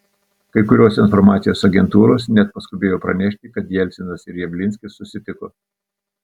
kai kurios informacijos agentūros net paskubėjo pranešti kad jelcinas ir javlinskis susitiko